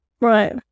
right